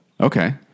Okay